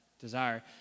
desire